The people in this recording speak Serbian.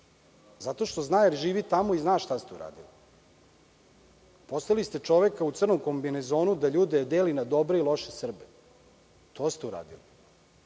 zato što zna, jer živi tamo i zna šta ste uradili. Poslali ste čoveka u crnom kombinezonu da ljude deli na dobre i loše Srbe. To ste uradili.